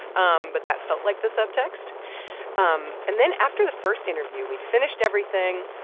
um but that felt like the subtext um and then after the first interview we'd finished everything.